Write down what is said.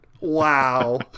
Wow